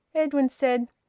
edwin said,